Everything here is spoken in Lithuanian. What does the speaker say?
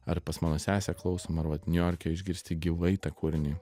ar pas mano sesę klausom ar vat niujorke išgirsti gyvai tą kūrinį